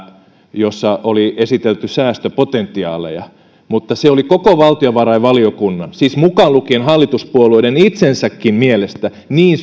jossa oli esitelty säästöpotentiaaleja mutta se oli koko valtiovarainvaliokunnan siis mukaan lukien hallituspuolueiden itsensäkin mielestä niin